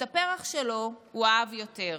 את הפרח שלו הוא אהב יותר.